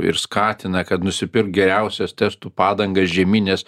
ir skatina kad nusipirk geriausias testų padangas žiemines